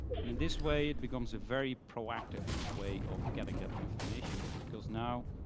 and in this way, it becomes a very proactive way of getting that information, because now,